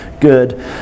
good